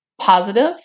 positive